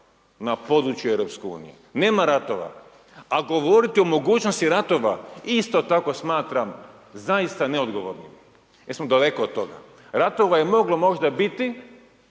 na području EU, nema ratova, a govoriti o mogućnosti ratova isto tako smatram zaista neodgovornim, jel smo daleko od toga. Ratova je moglo možda biti